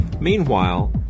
Meanwhile